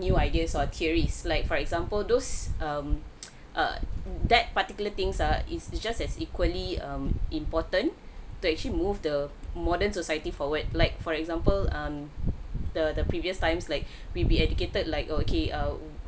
new ideas or theories like for example those um err that particular things ah is just as equally um important to actually move the modern society forward like for example um the the previous times like we'd be educated like okay err